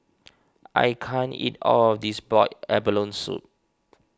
I can't eat all of this Boiled Abalone Soup